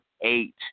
eight